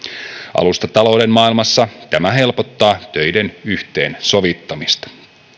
alustatalouden maailmassa tämä helpottaa töiden yhteensovittamista